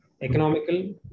economical